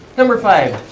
number five.